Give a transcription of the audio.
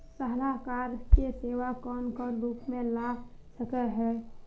सलाहकार के सेवा कौन कौन रूप में ला सके हिये?